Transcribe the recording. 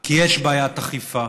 כי יש בעיית אכיפה.